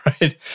right